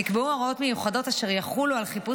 נקבעו הוראות מיוחדות אשר יחולו על חיפוש